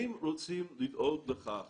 אם רוצים לדאוג לכך